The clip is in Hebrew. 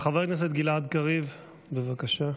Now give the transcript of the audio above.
חבר הכנסת גלעד קריב, בבקשה.